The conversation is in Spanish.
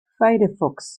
firefox